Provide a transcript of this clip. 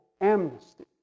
amnesty